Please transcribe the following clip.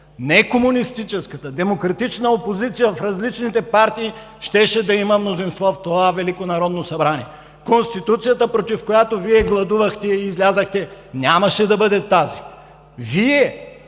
не комунистическата, демократичната опозиция в различните партии щеше да има мнозинство в това Велико народно събрание. Конституцията, против която Вие гладувахте и излязохте, нямаше да бъде тази! Вие